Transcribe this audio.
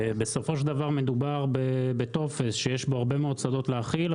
בסופו של דבר מדובר בטופס שיש בו הרבה מאד שדות להכיל,